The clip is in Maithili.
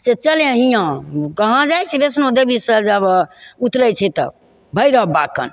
से चलै हिआँ कहाँ जाइ छी वैष्णो देवीसे जब उतरै छै तब भैरव बाबा कन